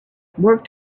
worked